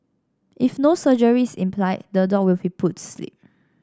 if no surgery is implied the dog will be put sleep